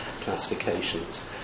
classifications